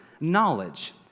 knowledge